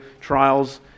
trials